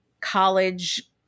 college